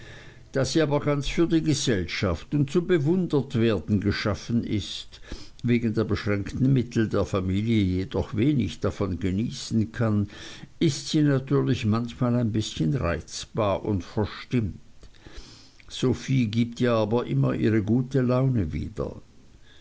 da sie aber ganz für die gesellschaft und zum bewundertwerden geschaffen ist wegen der beschränkten mittel der familie jedoch wenig davon genießen kann ist sie natürlich manchmal ein bißchen reizbar und verstimmt sophie gibt ihr aber immer ihre gute laune wieder